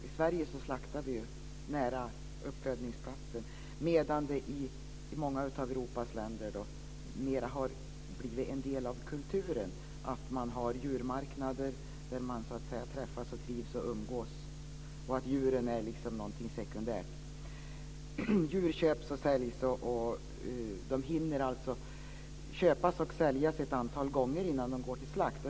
I Sverige slaktar vi nära uppfödningsplatsen, medan det i många av Europas länder mer har blivit en del av kulturen att man har djurmarknader där man träffas, trivs och umgås, och djuren är något sekundärt. Djur köps och säljs och hinner alltså köpas och säljas ett antal gånger innan de går till slakt.